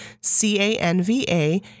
C-A-N-V-A